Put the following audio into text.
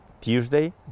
Tuesday